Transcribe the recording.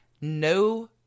No